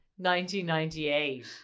1998